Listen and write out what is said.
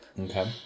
Okay